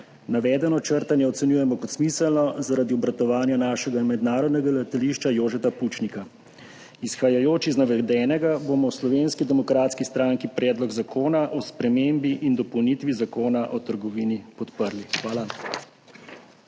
Navedeno črtanje ocenjujemo kot smiselno zaradi obratovanja našega mednarodnega letališča, [Letališča] Jožeta Pučnika. Izhajajoč iz navedenega bomo v Slovenski demokratski stranki Predlog zakona o spremembi in dopolnitvi Zakona o trgovini podprli. Hvala.